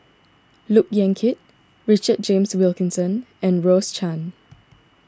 Look Yan Kit Richard James Wilkinson and Rose Chan